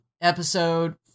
Episode